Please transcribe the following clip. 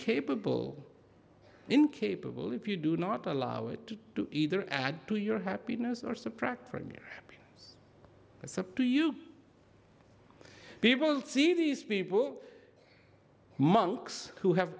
incapable incapable if you do not allow it to either add to your happiness or subtract from it so do you people see these people monks who have